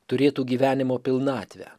turėtų gyvenimo pilnatvę